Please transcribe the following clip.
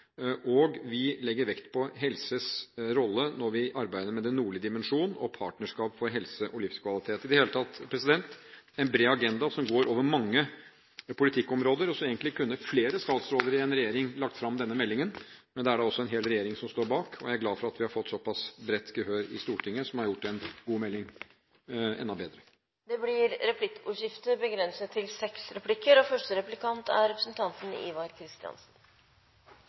og vi legger vekt på helsens rolle når vi arbeider med den nordlige dimensjon og partnerskap for helse og livskvalitet. I det hele tatt er det en bred agenda, som går over mange politikkområder, så egentlig kunne flere statsråder i regjeringen lagt fram denne meldingen, men det er en hel regjering som står bak, og jeg er glad for at vi har fått så pass bredt gehør i Stortinget – som har gjort en god melding enda bedre. Det blir replikkordskifte. Norge kanaliserer en betydelig del av sine bistandsmidler gjennom FN-systemet. Jeg er